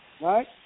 Right